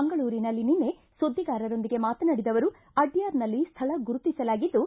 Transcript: ಮಂಗಳೂರಿನಲ್ಲಿ ನಿನ್ನೆ ಸುದ್ವಿಗಾರರೊಂದಿಗೆ ಮಾತನಾಡಿದ ಅವರು ಅಡ್ಜಾರ್ನಲ್ಲಿ ಸ್ವಳ ಗುರುತಿಸಲಾಗಿದ್ದು